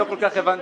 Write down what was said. לא כל כך הבנתי.